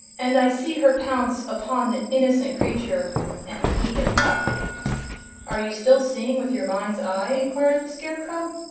and i see her pounce upon the innocent creature and eat it up are you still seeing with your mind's eye? enquired the scarecrow.